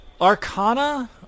Arcana